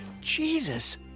Jesus